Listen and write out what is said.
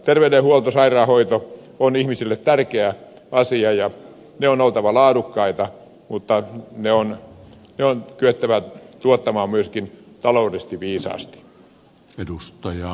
terveydenhuolto ja sairaanhoito ovat ihmisille tärkeä asia ja niiden on oltava laadukkaita mutta ne on kyettävä tuottamaan myöskin taloudellisesti viisaasti